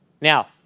Now